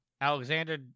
Alexander